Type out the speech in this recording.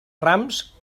rams